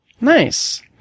Nice